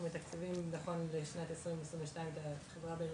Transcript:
אנחנו מתקצבים נכון לשנת 2022 את החברה ב-